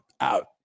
Out